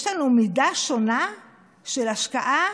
יש לנו מידה שונה של השקעה